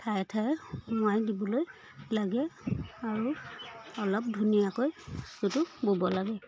ঠাই ঠায়ে মোৱাই দিবলৈ লাগে আৰু অলপ ধুনীয়াকৈ বস্তুটো ব'ব লাগে